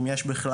אם יש בכלל,